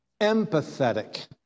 empathetic